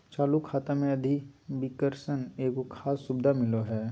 चालू खाता मे अधिविकर्षण एगो खास सुविधा मिलो हय